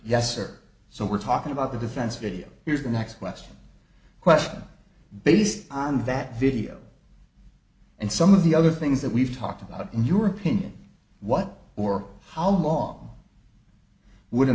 yes or so we're talking about the defense video here's your next question question based on that video and some of the other things that we've talked about in your opinion what or how long would a